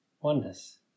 oneness